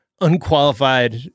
unqualified